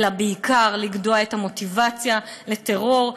אלא בעיקר לגדוע את המוטיבציה לטרור,